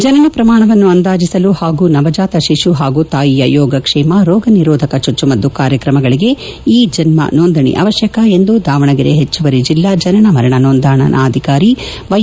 ಜನನ ಪ್ರಮಾಣವನ್ನು ಅಂದಾಜಿಸಲು ಹಾಗೂ ನವಜಾತ ಶಿಶು ಹಾಗೂ ತಾಯಿಯ ಯೋಗಕ್ಷೇಮ ರೋಗ ನಿರೋಧಕ ಚುಚ್ಚುಮದ್ದು ಕಾರ್ಯಕ್ರಮಗಳಿಗೆ ಇ ಜನ್ನ ನೋಂದಣಿ ಅವಶ್ಯಕ ಎಂದು ದಾವಣಗೆರೆ ಹೆಚ್ಚುವರಿ ಜಿಲ್ಲಾ ಜನನ ಮರಣ ನೋಂದಣಾಧಿಕಾರಿ ವ್ಲೆ